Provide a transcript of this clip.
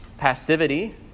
passivity